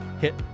hit